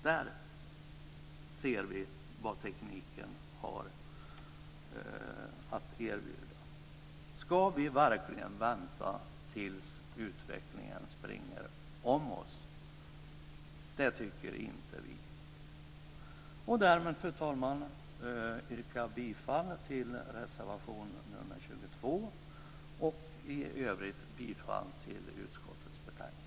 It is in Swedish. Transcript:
Där ser vi vad tekniken har att erbjuda. Ska vi verkligen vänta tills utvecklingen springer om oss? Det tycker inte vi. Därmed, fru talman, yrkar jag bifall till reservation 22 och i övrigt bifall till utskottets hemställan.